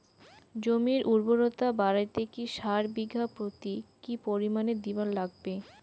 জমির উর্বরতা বাড়াইতে কি সার বিঘা প্রতি কি পরিমাণে দিবার লাগবে?